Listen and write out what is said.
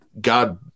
God